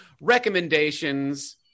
recommendations